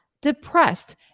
depressed